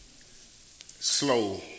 slow